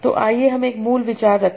तो आइए हम एक मूल विचार रखें